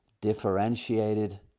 differentiated